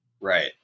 Right